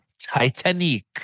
Titanic